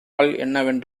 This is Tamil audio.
என்ன